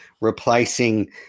replacing –